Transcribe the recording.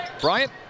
Bryant